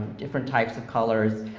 different types of colors,